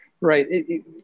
Right